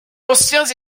anciens